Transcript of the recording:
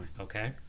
Okay